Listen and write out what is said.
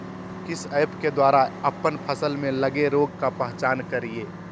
किस ऐप्स के द्वारा अप्पन फसल में लगे रोग का पहचान करिय?